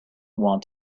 want